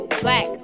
black